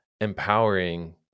empowering